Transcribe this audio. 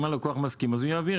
אם הלקוח מסכים אז הוא יעביר.